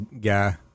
guy